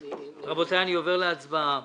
רבותיי, אני עובר להצבעה.